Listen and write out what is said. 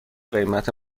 قیمت